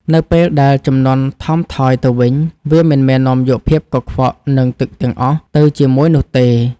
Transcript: នៅពេលដែលជំនន់ថមថយទៅវិញ វាមិនមែននាំយកភាពកខ្វក់ និងទឹកទាំងអស់ទៅជាមួយនោះទេ។